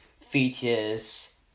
features